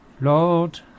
Lord